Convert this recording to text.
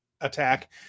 attack